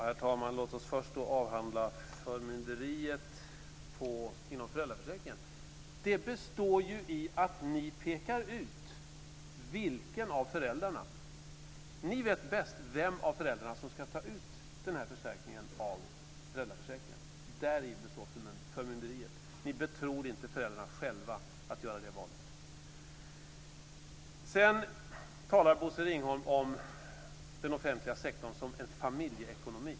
Herr talman! Låt oss först avhandla förmynderiet inom föräldraförsäkringen. Det består i att ni pekar ut, och att ni vet bäst, vem av föräldrarna som ska ta ut den här försäkringen av föräldraförsäkringen. Däri består förmynderiet. Ni betror inte föräldrarna att göra det valet själva. Bosse Ringholm talar om den offentliga sektorn som en familjeekonomi.